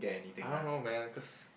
I don't know man cause